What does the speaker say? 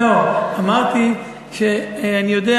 אמרתי שאני יודע.